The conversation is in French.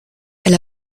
elle